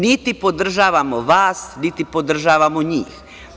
Niti podržavamo vas, niti podržavamo njih.